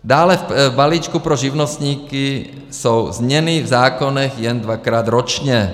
Dále v balíčku pro živnostníky jsou změny v zákonech jen dvakrát ročně.